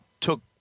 took